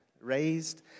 raised